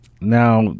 now